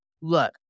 look